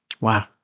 Wow